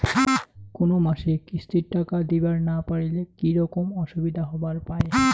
কোনো মাসে কিস্তির টাকা দিবার না পারিলে কি রকম অসুবিধা হবার পায়?